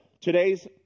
Today's